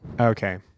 Okay